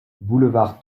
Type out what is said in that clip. boulevard